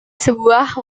sebuah